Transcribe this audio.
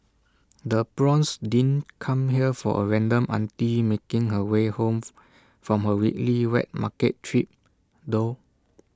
the prawns didn't come here from A random auntie making her way home from her weekly wet market trip though